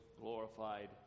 glorified